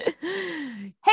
hey